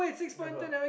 never